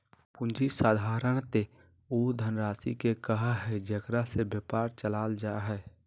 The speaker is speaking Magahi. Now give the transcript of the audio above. पूँजी साधारणतय उ धनराशि के कहइ हइ जेकरा से व्यापार चलाल जा हइ